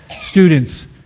students